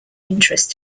interest